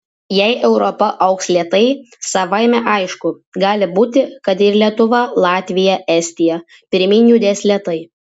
jei europa augs lėtai savaime aišku gali būti kad ir lietuva latvija estija pirmyn judės lėtai